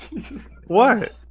s what!